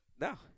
No